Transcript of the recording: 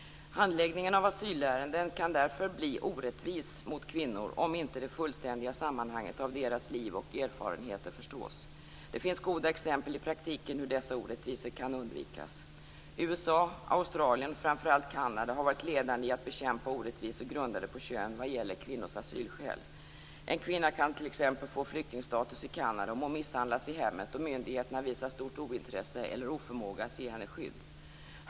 Handläggningen av asylärenden kan därför bli orättvis mot kvinnor om inte det fullständiga sammanhanget av deras liv och erfarenheter förstås. Det finns goda exempel i praktiken på hur dessa orättvisor kan undvikas. USA, Australien och, framför allt, Kanada har varit ledande i att bekämpa orättvisor grundade på kön vad gäller kvinnors asylskäl. En kvinna kan t.ex. få flyktingstatus i Kanada om hon misshandlats i hemmet och myndigheterna visar stort ointresse eller oförmåga att ge henne skydd.